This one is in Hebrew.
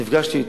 נפגשתי אתו.